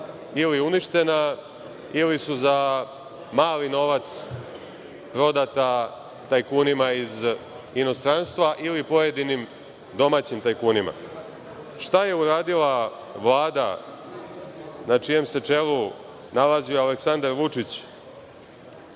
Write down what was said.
ili uništena, ili su za mali novac prodata tajkunima iz inostranstva, ili pojedinim domaćim tajkunima. Šta je uradila Vlada na čijem se čelu nalazi Aleksandar Vučić